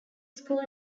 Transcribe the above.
school